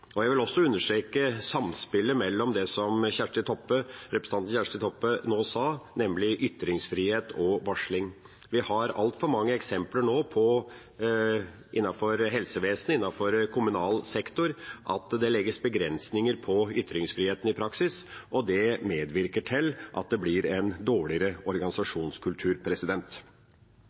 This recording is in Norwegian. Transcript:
Jeg vil også understreke samspillet, som representanten Kjersti Toppe nå nevnte, mellom ytringsfrihet og varsling. Vi har altfor mange eksempler – innenfor helsevesenet, innenfor kommunal sektor – på at det legges begrensninger på ytringsfriheten i praksis, og det medvirker til en dårligere organisasjonskultur. Jeg vil også presisere noe fra mitt første innlegg når det